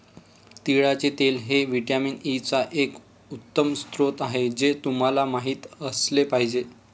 तिळाचे तेल हे व्हिटॅमिन ई चा एक उत्तम स्रोत आहे हे तुम्हाला माहित असले पाहिजे